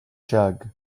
jug